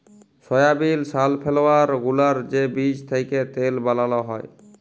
সয়াবিল, safflower গুলার যে বীজ থ্যাকে তেল বালাল হ্যয়